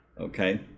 Okay